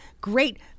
great